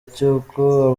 cy’uko